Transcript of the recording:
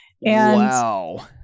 Wow